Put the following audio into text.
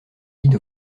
vide